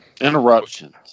Interruptions